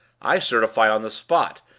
i certify, on the spot,